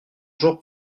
jour